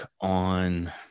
on